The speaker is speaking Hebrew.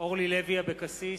אורלי לוי אבקסיס,